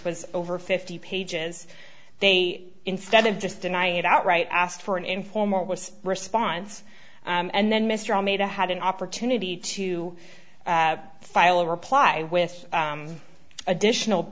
was over fifty pages they instead of just deny it outright asked for an informal was response and then mr omaeda had an opportunity to file a reply with additional